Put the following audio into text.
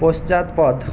পশ্চাৎপদ